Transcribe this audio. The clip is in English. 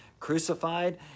crucified